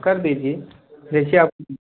कर दीजिए जैसे आपकी